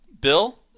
Bill